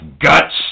guts